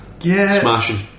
Smashing